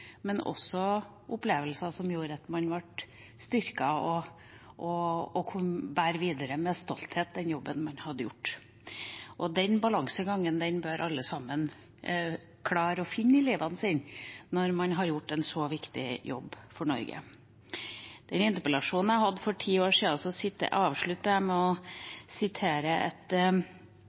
men også opplevelser som gjorde at man ble styrket og kunne bære videre med stolthet den jobben man hadde gjort. Den balansegangen bør alle klare å finne i livet sitt når man har gjort en så viktig jobb for Norge. I interpellasjonen jeg hadde for ti år siden, avsluttet jeg med å sitere et